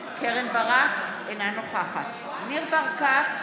קרן ברק, אינה נוכחת ניר ברקת,